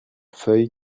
feuille